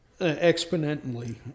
exponentially